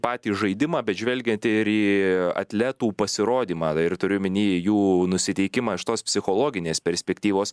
patį žaidimą bet žvelgiat ir į atletų pasirodymą ir turiu omeny jų nusiteikimą iš tos psichologinės perspektyvos